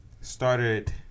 started